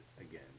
again